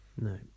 No